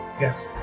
Yes